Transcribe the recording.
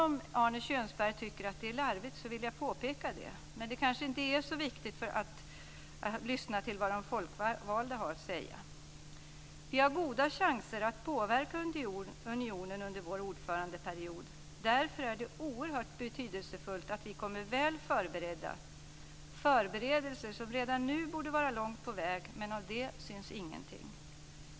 Och även om Arne Kjörnsberg tycker att det är larvigt så vill jag påpeka det. Men det kanske inte är så viktigt att lyssna till vad de folkvalda har att säga. Vi har goda chanser att påverka unionen under vår ordförandeperiod. Därför är det oerhört betydelsefullt att vi kommer väl förberedda, förberedelser som redan nu borde vara långt på väg, men av det syns ingenting.